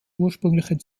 ursprünglichen